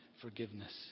forgiveness